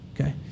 okay